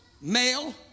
male